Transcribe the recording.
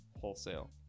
wholesale